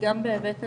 גם בהיבט הנפשי,